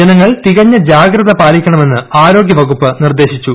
ജനങ്ങൾ തികഞ്ഞ ജാഗ്രത പാലിക്കണമെന്ന് ആരോഗ്യവകുപ്പ് നിർദ്ദേശിച്ചു